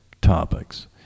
topics